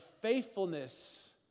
faithfulness